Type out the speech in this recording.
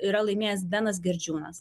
yra laimės benas gerdžiūnas